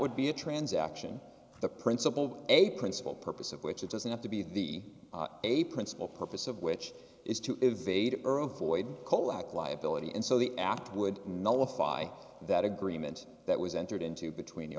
would be a transaction the principal a principal purpose of which it doesn't have to be a principal purpose of which is to invade earth void colac liability and so the act would nullify that agreement that was entered into between